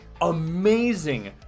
amazing